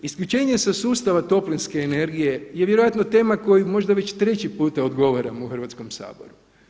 Isključenje sa sustava toplinske energije je vjerojatno tema koju možda već 3. put odgovaram u Hrvatskom saboru.